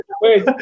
Wait